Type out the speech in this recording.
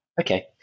Okay